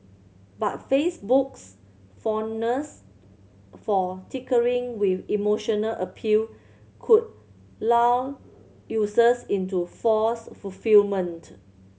but Facebook's fondness for tinkering with emotional appeal could lull users into false fulfilment